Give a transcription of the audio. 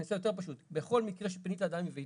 אני אעשה את זה יותר פשוט: בכל מקרה שפינית אדם מביתו,